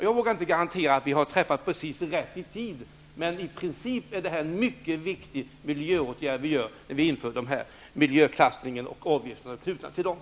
Jag vågar inte garantera att vi har träffat precis rätt i tid, men i princip är det en mycket viktig miljöåtgärd, när vi inför miljöklassningen och de avgifter som är knutna till den.